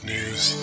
News